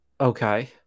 okay